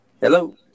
Hello